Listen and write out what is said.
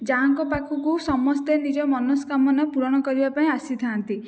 ଯାହାଙ୍କ ପାଖକୁ ସମସ୍ତେ ନିଜ ମନସ୍କାମନା ପୂରଣ କରିବାପାଇଁ ଆସି ଥାଆନ୍ତି